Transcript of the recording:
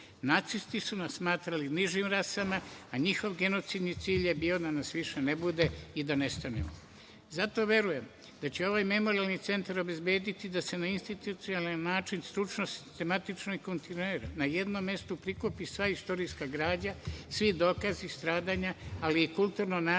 su nas smatrali nižim rasama, a njihov genocidni cilj je bio da nas više ne bude i da nestanemo. Zato verujem da će ovaj Memorijalni centar obezbediti da se na institucionalni način stručnost tematično i kontinuirano na jednom mestu prikupi sva istorijska građa, svi dokazi stradanja, ali i kulturno nasleđe